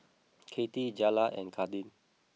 Kathy Jaylah and Kadin